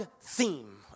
theme